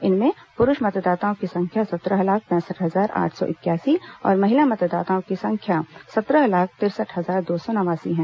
इनमें पुरुष मतदाताओं की संख्या सत्रह लाख पैंसठ हजार आठ सौ इकयासी और महिला मतदाताओं की संख्या सत्रह लाख तिरसठ हजार दो सौ नवासी है